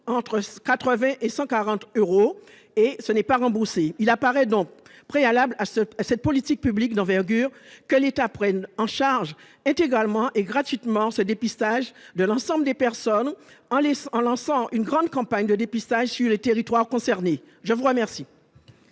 entre 80 et 140 euros et ce n'est pas remboursé, il apparaît donc préalables à ce à cette politique publique d'envergure que l'État prenne en charge intégralement et gratuitement ce dépistage de l'ensemble des personnes en lice en lançant une grande campagne de dépistage sur les territoires concernés, je vous remercie.